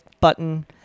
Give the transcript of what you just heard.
button